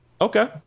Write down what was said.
Okay